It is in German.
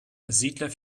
siedler